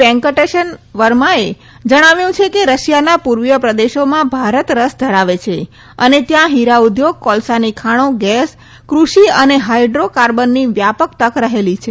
વેંકટેશન વર્માએ જણાવ્યું છે કે રશિયાના પૂર્વીય પ્રદેશોમાં ભારત રસ ધરાવે છે અને ત્યાં ફીરા ઉદ્યોગ કોલસાની ખાણો ગેસ ફુષિ અને હાઇડ્રીકાર્બનની વ્યાપક તક રહેલી છે